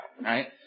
right